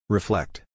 Reflect